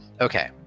Okay